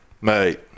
Mate